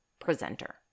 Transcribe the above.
presenter